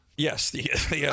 Yes